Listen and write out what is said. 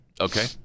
Okay